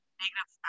negative